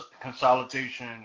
consolidation